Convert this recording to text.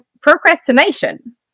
procrastination